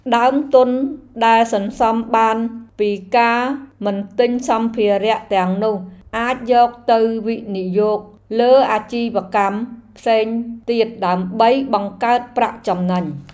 ដើមទុនដែលសន្សំបានពីការមិនទិញសម្ភារទាំងនោះអាចយកទៅវិនិយោគលើអាជីវកម្មផ្សេងទៀតដើម្បីបង្កើតប្រាក់ចំណេញ។